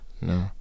No